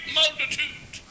multitude